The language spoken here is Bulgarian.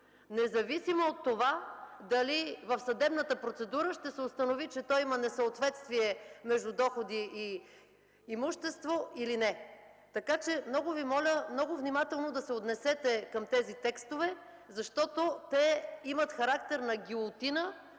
независимо от това дали в съдебната процедура ще се установи, че той има несъответствие между доходи и имущество, или не. Много внимателно трябва да се отнесете към тези текстове, защото те имат характер на гилотина